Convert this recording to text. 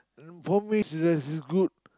for me chicken rice is good